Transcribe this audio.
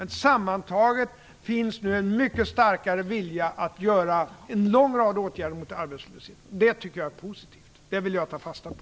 Men sammantaget finns det nu en mycket starkare vilja att vidta en lång rad åtgärder mot arbetslösheten. Det tycker jag är positivt, och det vill jag ta fasta på.